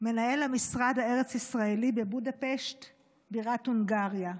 מנהל המשרד הארץ ישראלי בבודפשט בירת הונגריה.